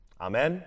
Amen